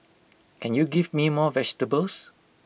can you give me more vegetables